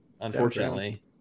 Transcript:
unfortunately